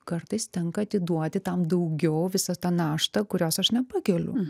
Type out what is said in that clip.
kartais tenka atiduoti tam daugiau visą tą naštą kurios aš nepakeliu